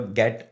get